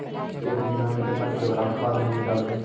एक बीघा मे के किलोग्राम खाद हमनि डालबाय?